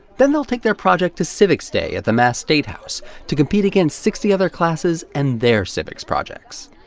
then they'll take their project to civics day at the mass state house to compete against sixty other classes and their civics projects.